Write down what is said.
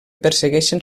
persegueixen